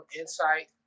insight